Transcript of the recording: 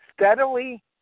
steadily